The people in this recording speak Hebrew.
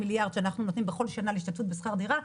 שאנחנו נותנים בכל שנה להשתתפות בשכר דירה,